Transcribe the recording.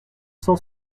cent